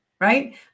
right